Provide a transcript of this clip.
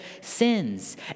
sins